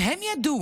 אם הם ידעו,